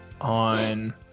on